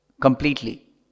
completely